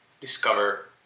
Discover